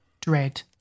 dread